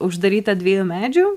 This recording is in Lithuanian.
uždaryta dviejų medžių